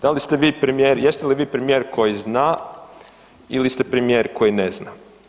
Da li ste vi premijer, jeste li vi premijer koji zna ili ste premijer koji ne zna?